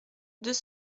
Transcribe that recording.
deux